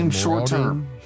short-term